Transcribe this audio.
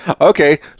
Okay